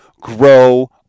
Grow